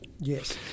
Yes